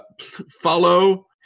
Follow